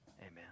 Amen